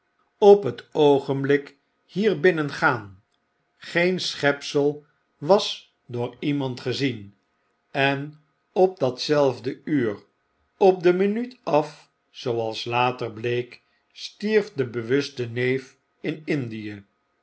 op het oogenblik hier binnen gaan geen schepsel was door iemand gezien en op datzelfde uur op de minuut af zooals later bleek stierf de bewuste neef in indie